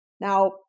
Now